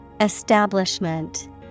Establishment